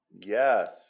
Yes